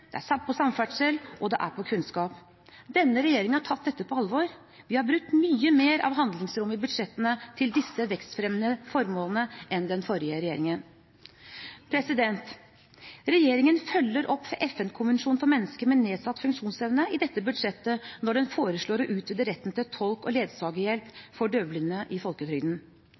på kunnskap. Denne regjeringen har tatt dette på alvor. Vi har brukt mye mer av handlingsrommet i budsjettene til disse vekstfremmende formålene enn den forrige regjeringen. Regjeringen følger opp FN-konvensjonen for mennesker med nedsatt funksjonsevne i dette budsjettet når den foreslår å utvide retten til tolke- og ledsagerhjelp for døvblinde i folketrygden.